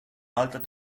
alter